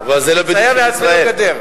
נתאר לעצמנו גדר.